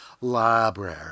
library